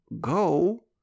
go